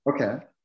okay